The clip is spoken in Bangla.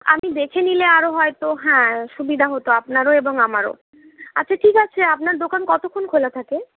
আমি দেখে নিলে আরও হয়তো হ্যাঁ সুবিধা হত আপনারও এবং আমারও আচ্ছা ঠিক আছে আপনার দোকান কতক্ষণ খোলা থাকে